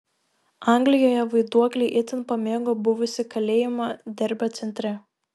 anglijoje vaiduokliai itin pamėgo buvusį kalėjimą derbio centre